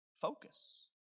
focus